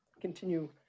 continue